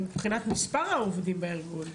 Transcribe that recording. גם מבחינת מספר העובדים בארגון,